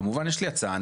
כמובן יש לי הצעה.